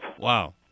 Wow